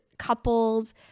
couples